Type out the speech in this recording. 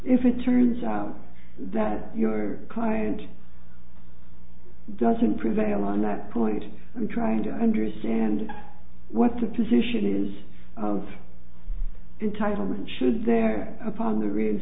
if it turns out that your client doesn't prevail on that point i'm trying to understand what the position is of in time and should there upon the